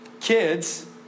kids